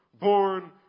born